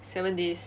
seven days